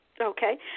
Okay